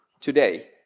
today